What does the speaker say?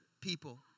people